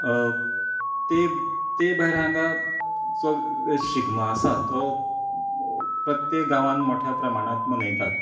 तें तें भायर हांगां जो शिगमो आसा तो प्रत्येक गांवांत मोठ्या प्रमाणांत मनयतात